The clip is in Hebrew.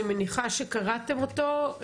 אני מניחה שקראתם אותו.